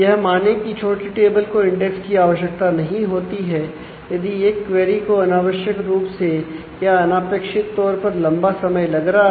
यह माने की छोटी टेबल को इंडेक्स की आवश्यकता नहीं होती है यदि एक क्वेरी को अनावश्यक रूप से या अनापेक्षित तौर पर लंबा समय लग रहा है